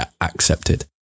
accepted